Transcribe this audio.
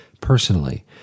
personally